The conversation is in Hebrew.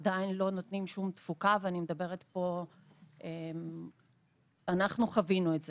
עדיין לא נותנים שום תפוקה ואני מדברת כאן כמי שחוותה את זה,